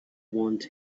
want